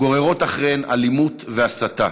גוררים אחריהם אלימות והסתה,